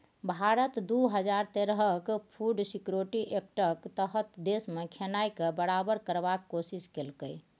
भारत दु हजार तेरहक फुड सिक्योरिटी एक्टक तहत देशमे खेनाइ केँ बराबर करबाक कोशिश केलकै